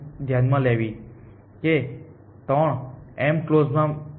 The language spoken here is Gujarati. કેસ ૩ m કલોઝ માં છે